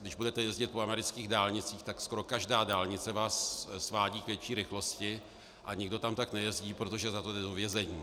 Když budete jezdit po amerických dálnicích, tak skoro každá dálnice vás svádí k vyšší rychlosti a nikdo tam tak nejezdí, protože za to jde do vězení.